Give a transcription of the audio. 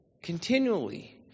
continually